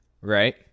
right